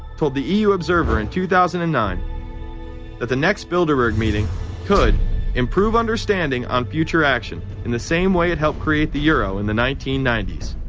told the euobserver in two thousand and nine that the next bilderberg meeting could improve understanding on future action, in the same way it helped create the euro in the nineteen ninety s